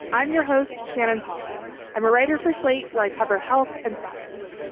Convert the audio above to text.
i'm your host, shannon polys. i'm a writer for slate, where i cover health and science.